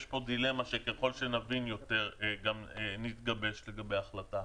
יש פה דילמה שככל שנבין יותר נתגבש לגבי החלטה.